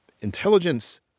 intelligence